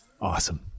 awesome